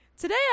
Today